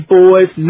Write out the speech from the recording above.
boys